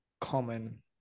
common